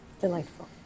Delightful